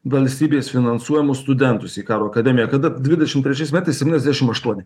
valstybės finansuojamus studentus į karo akademiją kada dvidešim trečiais metais septyniasdešim aštuoni